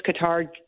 Qatar